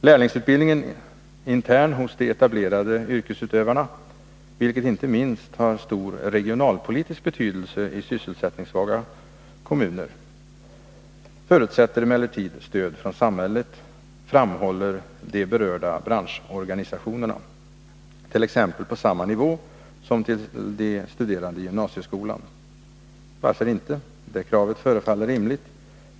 Lärlingsutbildningen internt hos de etablerade yrkesutövarna — vilket inte minst har stor regionalpolitisk betydelse i sysselsättningssvaga kommuner — förutsätter emellertid stöd från samhället, framhåller de berörda branschorganisationerna, t.ex. på samma nivå som till de studerande i gymnasieskolan. Varför inte? Det kravet förefaller rimligt.